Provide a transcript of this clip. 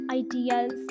ideas